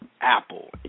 Apple